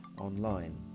online